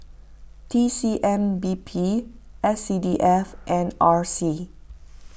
T C M B P S C D F and R C